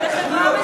לחברה מסוימת.